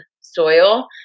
soil